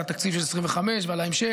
על התקציב של 2025 ועל ההמשך.